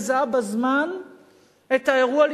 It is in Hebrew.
האם הייתי מזהה בזמן את האירוע,